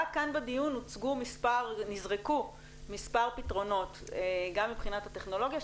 רק כאן בדיון נזרקו מספר פתרונות גם מבחינת הטכנולוגיה,